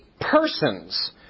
persons